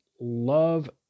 love